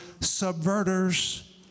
subverters